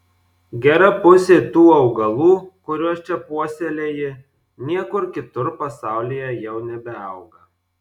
gera pusė tų augalų kuriuos čia puoselėji niekur kitur pasaulyje jau nebeauga